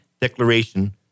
declaration